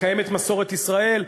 מקיים את מסורת ישראל,